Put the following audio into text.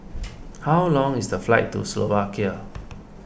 how long is the flight to Slovakia